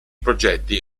progetti